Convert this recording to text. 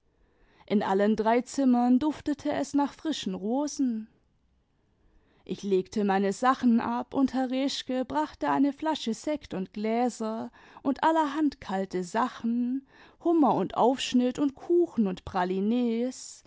in allen drei zmmiem duftete es nach frischen rosen ich legte meine sachen ab und herr reschke brachte eine flasche sekt d gläser und allerhand kalte sachen hunmier und aufschnitt und kuchen und pralinees